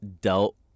dealt